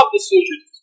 decisions